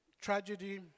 tragedy